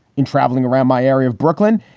in traveling around my area of brooklyn,